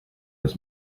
was